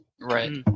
right